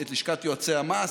את לשכת יועצי המס,